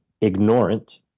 ignorant